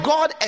God